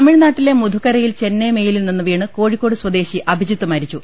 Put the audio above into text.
തമിഴ്നാട്ടിലെ മുധുക്കരയിൽ ചെന്നൈ മെയിലിൽ നിന്ന് വീണ് കോഴിക്കോട് സ്വദേശി അഭിജിത് മരിച്ചു